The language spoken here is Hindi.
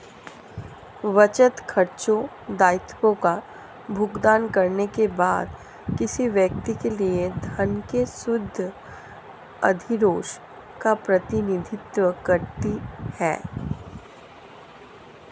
बचत, खर्चों, दायित्वों का भुगतान करने के बाद किसी व्यक्ति के लिए धन के शुद्ध अधिशेष का प्रतिनिधित्व करती है